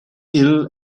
ill